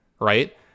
Right